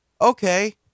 Okay